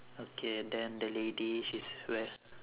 okay then the lady she's wear~